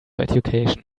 education